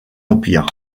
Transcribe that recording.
empire